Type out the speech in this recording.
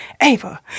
Ava